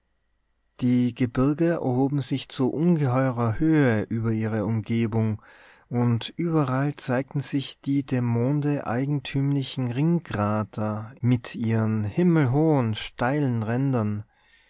die gebirge erhoben sich zu ungeheurer höhe über ihre umgebung und überall zeigten sich die dem monde eigentümlichen ringkrater mit ihren himmelhohen steilen rändern